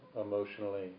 emotionally